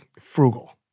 frugal